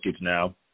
now